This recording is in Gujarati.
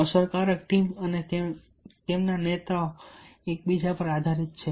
અસરકારક ટીમ અને તેમના નેતાઓ એકબીજા પર આધારિત છે